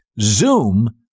Zoom